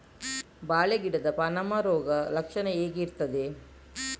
ಬಾಳೆ ಗಿಡದ ಪಾನಮ ರೋಗ ಲಕ್ಷಣ ಹೇಗೆ ಇರ್ತದೆ?